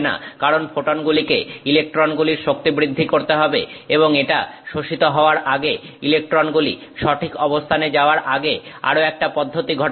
কারণ ফোটনগুলিকে ইলেকট্রনগুলির শক্তি বৃদ্ধি করতে হবে এবং এটা শোষিত হওয়ার আগে ইলেকট্রনগুলি সঠিক অবস্থানে যাবার আগে আরো একটা পদ্ধতি ঘটাতে হবে